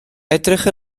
edrych